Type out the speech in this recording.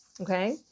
okay